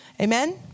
Amen